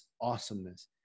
awesomeness